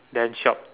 then shop